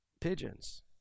pigeons